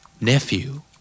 Nephew